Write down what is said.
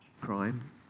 crime